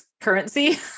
currency